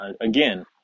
again